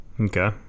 Okay